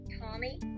Tommy